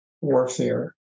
warfare